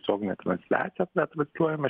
tiesioginė transliacija kurią transliuojame